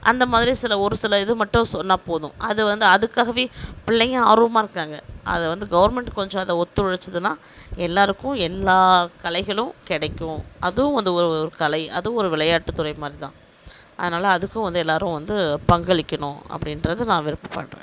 அந்த மாதிரி சில ஒரு சில இது மட்டும் சொன்னா போதும் அது வந்து அதுக்காகவே பிள்ளைங்க ஆர்வமாக இருக்காங்க அதை வந்து கவர்மெண்ட் கொஞ்சம் அதை ஒத்துழைச்சிதுன்னா எல்லாருக்கும் எல்லா கலைகளும் கிடைக்கும் அதுவும் வந்து ஒரு ஒரு கலை அதுவும் ஒரு விளையாட்டு துறை மாதிரிதான் அதனால அதுக்கும் வந்து எல்லாரும் வந்து பங்களிக்கணும் அப்படின்றது நான் விருப்பப்படுறேன்